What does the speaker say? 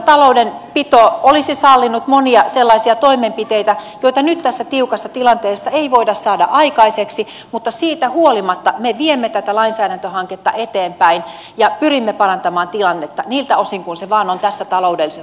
silloin taloudenpito olisi sallinut monia sellaisia toimenpiteitä joita nyt tässä tiukassa tilanteessa ei voida saada aikaiseksi mutta siitä huolimatta me viemme tätä lainsäädäntöhanketta eteenpäin ja pyrimme parantamaan tilannetta niiltä osin kuin se vain on tässä taloudellisessa tilanteessa mahdollista